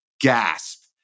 gasp